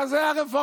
מה זה הרפורמים?